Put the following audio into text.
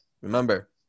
Remember